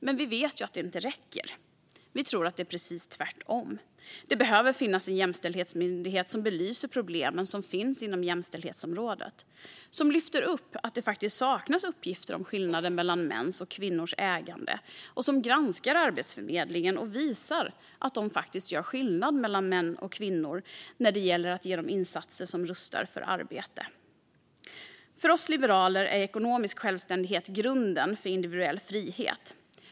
Men vi vet att det inte räcker. Vi tror att det är precis tvärtom. Det behöver finnas en jämställdhetsmyndighet som belyser de problem som finns inom jämställdhetsområdet. Det är en myndighet som lyfter upp att det saknas uppgifter om skillnader mellan mäns och kvinnors ägande. Den granskar Arbetsförmedlingen och visar att de gör skillnad mellan män och kvinnor när det gäller att ge de insatser som rustar för arbete. För oss liberaler är ekonomisk självständighet grunden för individuell frihet.